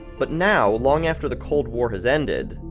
but now, long after the cold war has ended,